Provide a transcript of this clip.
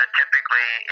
typically